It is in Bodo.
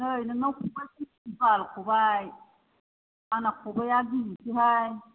नै नोंनाव ख'बाइ गिदिरसोबाल ख'बाइ आंना ख'बाइआ गिजिसो हाय